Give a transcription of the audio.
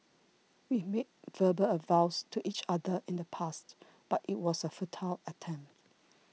we made verbal vows to each other in the past but it was a futile attempt